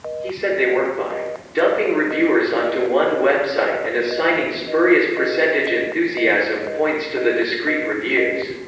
he said they work by dumping reviewers onto one website and assigning spurious percentage-enthusiasm points to the discrete reviews.